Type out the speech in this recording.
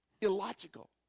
illogical